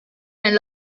and